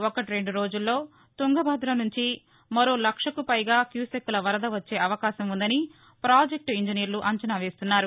ఒకటెండు రోజుల్లో తుంగభద్ర నుంచి మరో లక్షకు పైగా క్యూసెక్కుల వరద వచ్చే అవకాశం ఉందని ప్రాజెక్టు ఇంజనీర్లు అంచనా వేస్తున్నారు